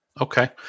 Okay